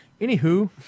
Anywho